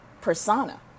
persona